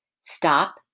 stop